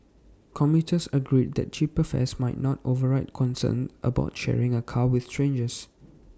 commuters agreed that cheaper fares might not override concerns about sharing A car with strangers